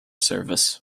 service